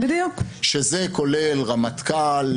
שזה כולל רמטכ"ל,